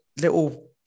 little